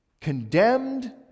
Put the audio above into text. Condemned